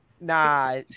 Nah